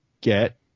get